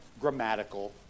grammatical